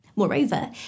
Moreover